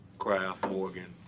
kraft, morgan,